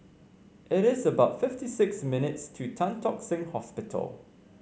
it is about fifty six minutes' to Tan Tock Seng Hospital